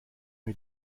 mit